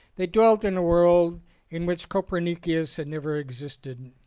they dwelt in a world in which copernicus had never existed,